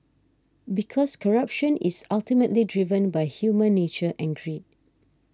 because corruption is ultimately driven by human nature and greed